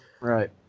right